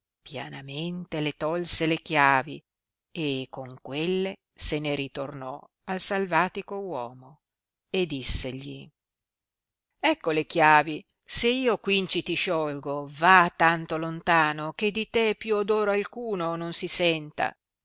pianamente le tolse le chiavi e con quelle se ne ritornò al salvatico uomo e dissegli ecco le chiavi se io quinci ti scioglio va tanto lontano che di te più odor alcuno non si senta